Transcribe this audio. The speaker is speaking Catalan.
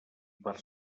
per